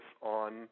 on